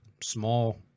small